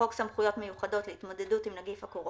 לחוק סמכויות מיוחדות להתמודדות עם נגיף הקורונה,